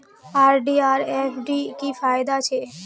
RD आर FD की फ़ायदा छे?